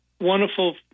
wonderful